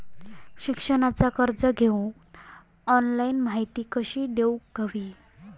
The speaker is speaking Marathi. शिक्षणाचा कर्ज घेऊक ऑनलाइन माहिती कशी घेऊक हवी?